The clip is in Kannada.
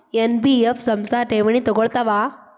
ಎನ್.ಬಿ.ಎಫ್ ಸಂಸ್ಥಾ ಠೇವಣಿ ತಗೋಳ್ತಾವಾ?